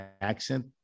accent